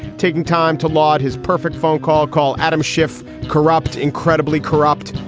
taking time to laud his perfect phone call. call adam schiff corrupt, incredibly corrupt,